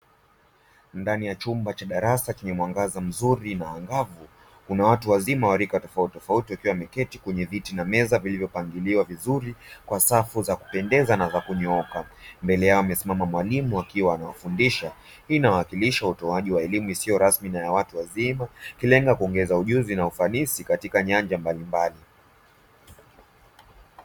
Ndani ya chumba cha darasa chenye mwangaza mzuri na angavu, kuna watu wazima wa rika tofautitofauti wakiwa wameketi kwenye viti na meza vilivyopangiliwa vizuri kwa safu za kupendeza na kunyooka, mbele yao amesimama mwalimu akiwa anawafundisha, hii inawakilisha utoaji wa elimu isiyo rasmi na ya watu wazima ikilenga kuongeza ujuzi na ufanisi katika nyanja mbalimbali.